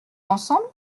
ensemble